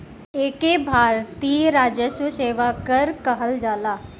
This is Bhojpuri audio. एके भारतीय राजस्व सेवा कर कहल जाला